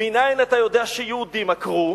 היית נוכח בישיבה.